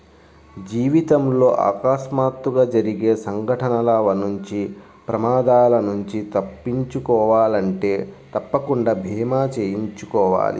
జీవితంలో అకస్మాత్తుగా జరిగే సంఘటనల నుంచి ప్రమాదాల నుంచి తప్పించుకోవాలంటే తప్పకుండా భీమా చేయించుకోవాలి